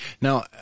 Now